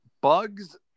Bugs